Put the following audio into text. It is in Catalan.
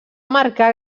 marcar